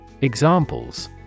Examples